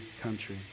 country